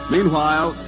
Meanwhile